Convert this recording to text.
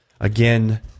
again